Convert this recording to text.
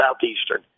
Southeastern